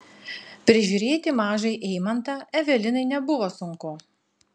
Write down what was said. prižiūrėti mažąjį eimantą evelinai nebuvo sunku